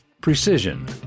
Precision